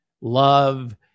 love